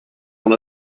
one